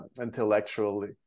intellectually